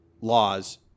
laws